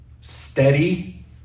Steady